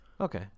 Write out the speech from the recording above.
Okay